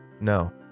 No